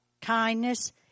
kindness